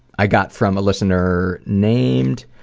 i got from a listener named